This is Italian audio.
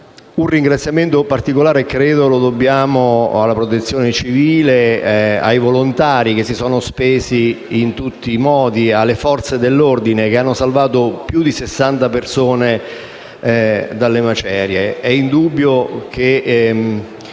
Un ringraziamento particolare credo lo dobbiamo alla Protezione civile, ai volontari che si sono spesi in tutti i modi e alle Forze dell'ordine, che hanno salvato più di 60 persone dalle macerie.